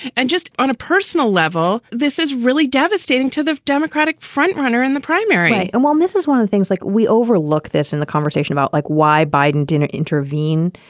and just on a personal level, this is really devastating to the democratic frontrunner in the primary and while this is one of things like we overlook this in the conversation about like why biden dinner intervene,